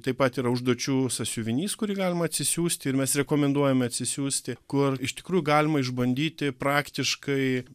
taip pat yra užduočių sąsiuvinys kurį galima atsisiųsti ir mes rekomenduojame atsisiųsti kur iš tikrųjų galima išbandyti praktiškai